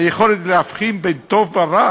היכולת להבחין בין טוב ורע